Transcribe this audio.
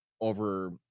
over